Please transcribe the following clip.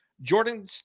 Jordan